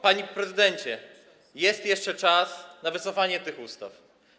Panie prezydencie, jest jeszcze czas na wycofanie tych ustaw.